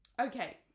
Okay